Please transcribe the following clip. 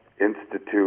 institute